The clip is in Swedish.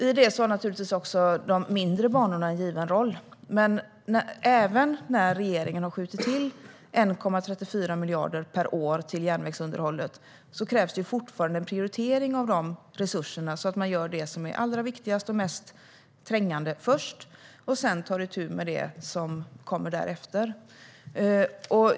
I detta har naturligtvis också de mindre banorna en given roll. Men även när regeringen har skjutit till 1,34 miljarder per år till järnvägsunderhållet krävs prioritering av dessa resurser så att man gör det som är allra viktigast och mest trängande först och sedan tar itu med det som kommer därefter.